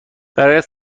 برایت